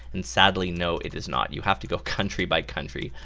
and sadly no it is not. you have to go country by country.